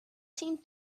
seemed